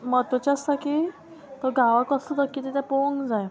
म्हत्वाचें आसता की तो घावो कोसलो तो कितें तें पोवूंक जाय